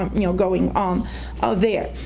um you know, going on out there,